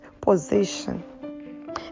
position